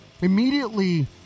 immediately